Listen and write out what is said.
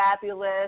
fabulous